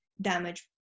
damage